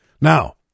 Now